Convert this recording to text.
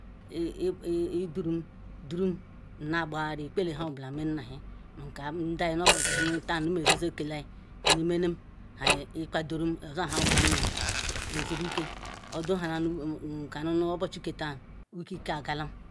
Eeb eeb eeb Iduru durum nnagbahuri Ikwele nha-obula me nnanyi nka ndayi nuobuchi nu taa nmezizi yekelayi nemem ha kwadurum oza nha-obula merum nzirike oduhanam nkanu obuchi ketaan kika galam.